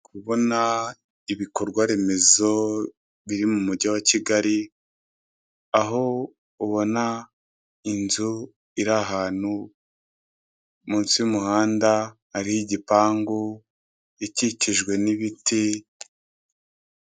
Kubona ibikorwa remezo biri mu mugi wa Kigali, aho ubona inzu iri ahantu, munsi y'umuhanda ari gipangu, ikikijwe n'ibiti.